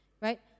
right